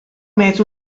més